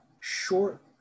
short